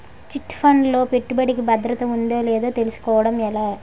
Chit fund లో పెట్టుబడికి భద్రత ఉందో లేదో తెలుసుకోవటం ఎలా?